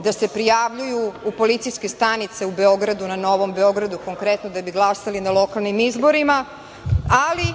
da se prijavljuju u policijske stanice u Beogradu na Novom Beogradu, konkretno da bi glasali na lokalnim izborima, ali